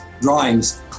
drawings